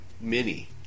mini